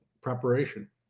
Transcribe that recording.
preparation